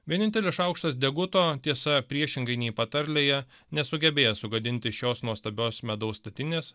vienintelis šaukštas deguto tiesa priešingai nei patarlėje nesugebėjo sugadinti šios nuostabios medaus statinės